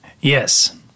Yes